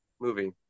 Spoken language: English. movie